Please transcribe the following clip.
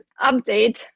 update